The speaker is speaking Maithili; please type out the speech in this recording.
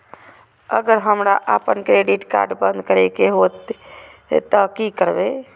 अगर हमरा आपन क्रेडिट कार्ड बंद करै के हेतै त की करबै?